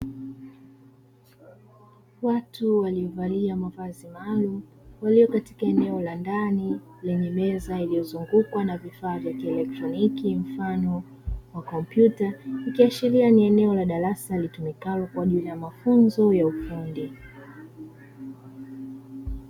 Watu waliovalia mavazi maalumu, walio katika eneo la ndani lenye meza iliyozungukwa na vifaa vya kielektroniki mfano wa kompyuta, likiashiria ni eneo la darasa litumikalo kwa ajili ya mafunzo ya ufundi.